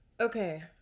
Okay